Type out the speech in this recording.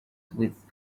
with